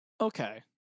Okay